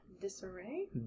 Disarray